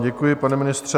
Děkuji vám, pane ministře.